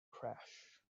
crash